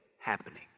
happening